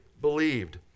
believed